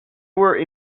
were